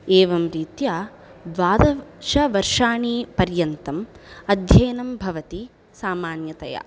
एवं रीत्या द्वादशवर्षाणि पर्यन्तम् अध्ययनं भवति सामान्यतया